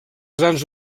grans